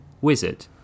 Wizard